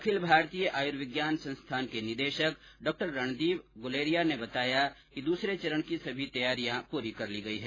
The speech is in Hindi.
अखिल भारतीय आयुर्विज्ञान संस्थान के निदेशक डॉ रणदीप गुलेरिया ने बताया कि दूसरे चरण की सभी पूरी तैयारियां कर ली गई हैं